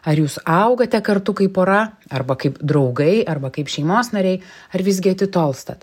ar jūs augate kartu kaip pora arba kaip draugai arba kaip šeimos nariai ar visgi atitolstat